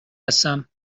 هستم